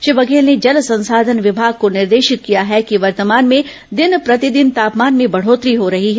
श्री बघेल ने जल संसाधन विमाग को निर्देशित किया है कि वर्तमान में दिन प्रतिदिन तापमान में बढ़ोत्तरी हो रही है